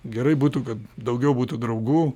gerai būtų kad daugiau būtų draugų